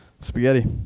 Spaghetti